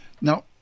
Now